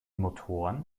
motoren